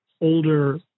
older